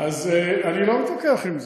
אז אני לא מתווכח עם זה.